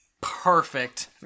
perfect